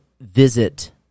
visit